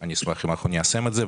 ואני אשמח אם ניישם את זה.